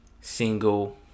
single